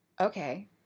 okay